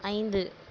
ஐந்து